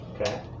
Okay